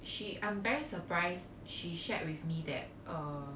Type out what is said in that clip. she I'm very surprised she shared with me that